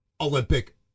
Olympic